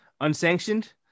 unsanctioned